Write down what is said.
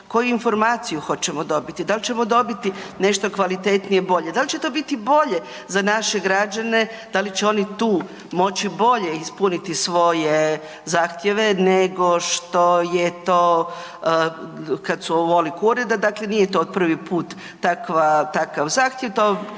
koju informaciju hoćemo dobiti, dal ćemo dobiti nešto kvalitetnije, bolje, dal će to biti bolje za naše građane, da li će oni tu moći bolje ispuniti svoje zahtjeve nego što je to kad su .../Govornik se ne razumije./... dakle nije to od prvi put, takva, takav